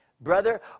Brother